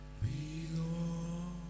belong